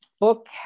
book